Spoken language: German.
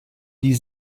die